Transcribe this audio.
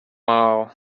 all